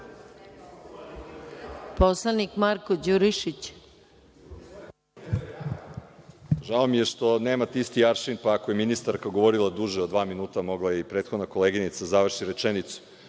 **Marko Đurišić** Žao mi je što nemate isti aršin, pa ako je ministarka govorila duže od dva minuta mogla je i prethodna koleginica da završi